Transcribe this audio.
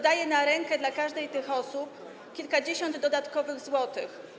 Daje to na rękę każdej z tych osób kilkadziesiąt dodatkowych złotych.